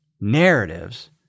narratives